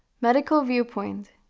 medical viewpoint.